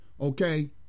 okay